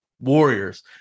Warriors